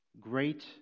Great